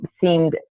seemed